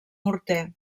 morter